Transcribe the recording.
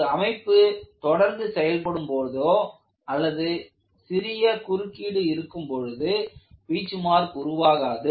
ஒரு அமைப்பு தொடர்ந்து செயல்படும் பொழுதோ அல்லது சிறிய குறுக்கீடு இருக்கும்பொழுது பீச்மார்க் உருவாகாது